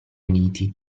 uniti